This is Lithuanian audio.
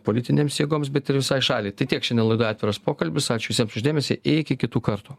politinėms jėgoms bet ir visai šaliai tai tiek šiandien laidoje atviras pokalbis ačiū visiem dėmesį iki kitų kartų